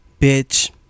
Bitch